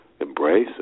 embrace